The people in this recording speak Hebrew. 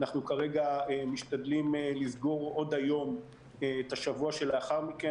אנחנו משתדלים לסגור עוד היום את השבוע שלאחר מכן.